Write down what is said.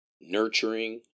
nurturing